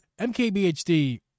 MKBHD